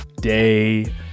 day